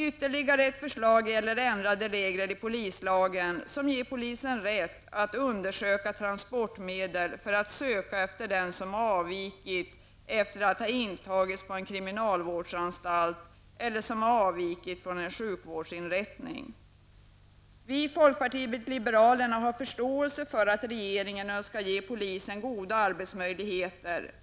Ytterligare ett förslag gäller ändrade regler i polislagen som ger polisen rätt att undersöka transportmedel för att söka efter den som avvikit efter att ha intagits på en kriminalvårdsanstalt eller som har avvikit från en sjukvårdsinrättning. Vi i folkpartiet liberalerna har förståelse för att regeringen önskar ge polisen goda arbetsmöjligheter.